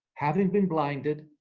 having been blinded,